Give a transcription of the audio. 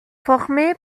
formé